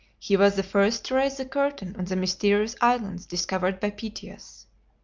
he was the first to raise the curtain on the mysterious islands discovered by pytheas.